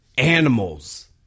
Animals